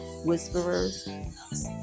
whisperers